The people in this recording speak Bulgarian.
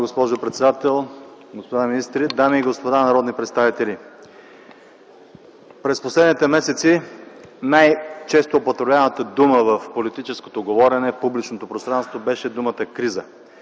госпожо председател, господа министри, дами и господа народни представители! През последните месеци най-често употребяваната дума на политическото говорене в публичното пространство беше думата „криза”.